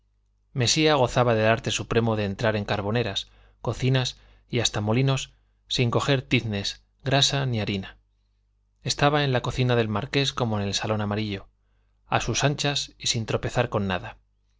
mesía gozaba del arte supremo de entrar en carboneras cocinas y hasta molinos sin coger tiznes grasa ni harina estaba en la cocina del marqués como en el salón amarillo a sus anchas y sin tropezar con nada